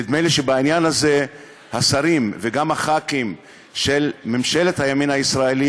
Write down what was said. נדמה לי שבעניין הזה השרים וגם חברי הכנסת של ממשלת הימין הישראלית,